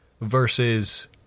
Versus